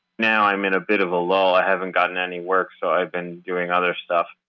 now i'm in a bit of a lull, i haven't gotten any work, so i've been doing other stuff.